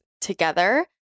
together